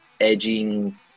Edging